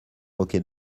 moquer